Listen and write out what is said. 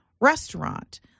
restaurant